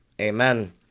Amen